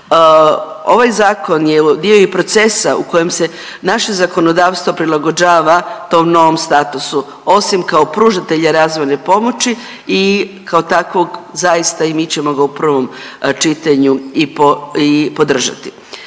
Ovaj zakon je dio i procesa u kojem se naše zakonodavstvo prilagođava tom novom statusu osim kao pružatelja kao razvojne pomoći i kao takvog zaista i mi ćemo ga u prvom čitanju i podržati.